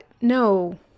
no